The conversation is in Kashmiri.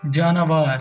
جاناوار